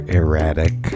erratic